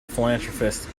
philanthropist